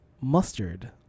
mustard